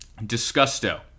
disgusto